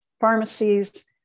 pharmacies